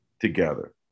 together